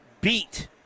beat